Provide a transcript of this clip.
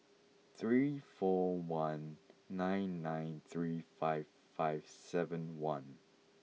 three four one nine nine three five five seven one